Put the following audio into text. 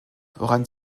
woran